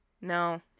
no